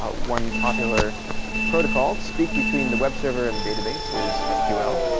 one popular protocol to speak between the web server and the database is ah sql.